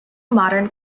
modern